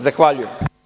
Zahvaljujem.